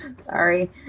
Sorry